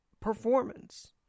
performance